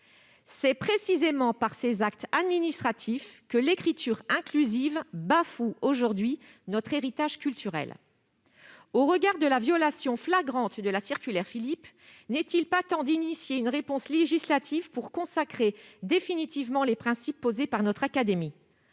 c'est précisément par ces actes administratifs que l'écriture inclusive bafoue aujourd'hui notre héritage culturel. Au regard de la violation flagrante de la circulaire Philippe, n'est-il pas temps d'initier une réponse législative pour consacrer définitivement les principes posés par notre académie ?